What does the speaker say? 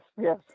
yes